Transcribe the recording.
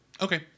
Okay